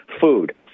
food